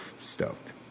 stoked